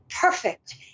perfect